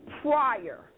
prior